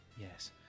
Yes